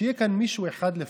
שיהיה כאן מישהו אחד לפחות,